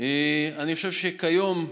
אני חושב שכיום,